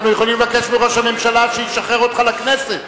יכולים לבקש מראש הממשלה שישחרר אותך לכנסת.